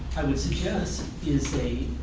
i would suggest is a